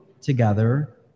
together